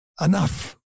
Enough